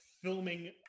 filming